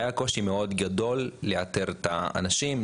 היה קושי גדול מאוד לאתר את האנשים,